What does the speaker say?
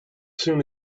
soon